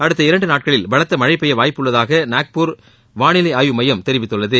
அடுத்த இரண்டு நாட்களில் பலத்த மழை பெய்ய வாய்ப்பு உள்ளதாக நாக்பூர் வாளிலை ஆய்வு மையம் தெரிவித்துள்ளது